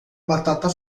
batata